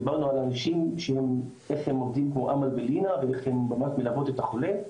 דיברנו על הנשים אמאל ולינה ואיך הן ממש מלוות את החולה.